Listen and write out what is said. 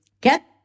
get